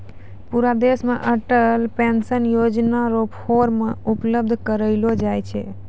पूरा देश मे अटल पेंशन योजना र फॉर्म उपलब्ध करयलो जाय छै